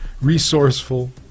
resourceful